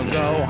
go